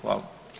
Hvala.